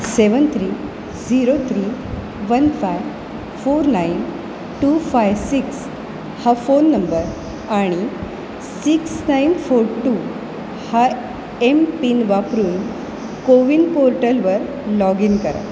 सेवन three zero three one five four nine two five six हा phone number आणि six nine four two हा MPIN वापरून कोविन पोर्टलवर लॉग इन करा